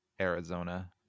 Arizona